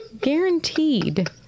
Guaranteed